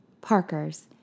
Parker's